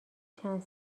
چند